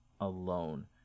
alone